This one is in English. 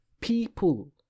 people